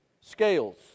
Scales